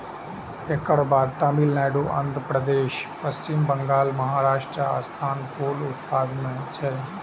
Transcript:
एकर बाद तमिलनाडु, आंध्रप्रदेश, पश्चिम बंगाल, महाराष्ट्रक स्थान फूल उत्पादन मे छै